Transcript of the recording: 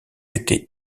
été